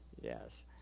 Yes